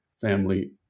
family